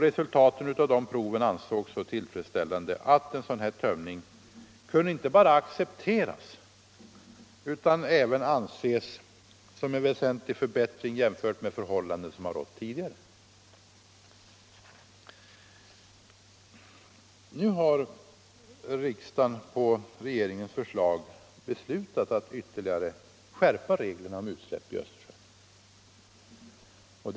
Resultatet av proven ansågs så tillfredsställande att en sådan tömning kunde inte bara accepteras utan även anses som en väsentlig förbättring jämfört med tidigare förhållanden. Riksdagen har nu på regeringens förslag beslutat att ytterligare skärpa reglerna om utsläpp i Östersjön.